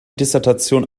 dissertation